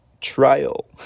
trial